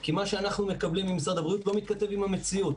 כי מה שאנחנו מקבלים ממשרד הבריאות לא מתכתב עם המציאות.